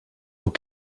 aux